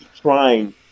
trying